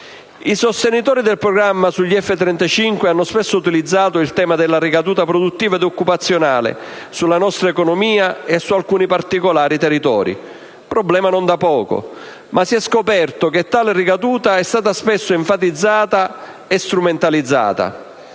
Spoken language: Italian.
I sostenitori del programma degli F-35 hanno spesso utilizzato il tema della ricaduta produttiva ed occupazionale sulla nostra economia e su alcuni particolari territori, problema non da poco, ma si è scoperto che tale ricaduta è stata spesso enfatizzata e strumentalizzata.